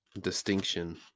distinction